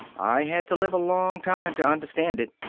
i had to live a long time to understand it.